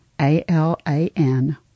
A-L-A-N